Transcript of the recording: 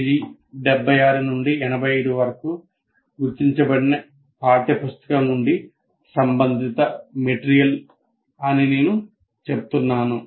page 76 నుండి 85 వరకు గుర్తించబడిన పాఠ్య పుస్తకం నుండి సంబంధిత పదార్థం అని నేను చెప్తున్నాను